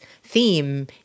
theme